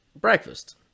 breakfast